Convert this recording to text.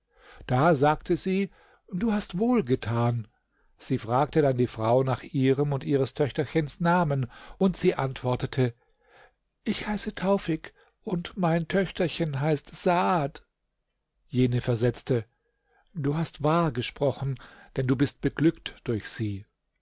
da sagte sie du hast wohl getan sie fragte dann die frau nach ihrem und ihres töchterchens namen und sie antwortete ich heiße taufik und mein töchterchen heißt saad jene versetzte du hast wahr gesprochen denn du bist beglückt durch sie